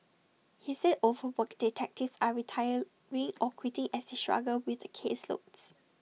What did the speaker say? he said overworked detectives are retiring or quitting as they struggle with the caseloads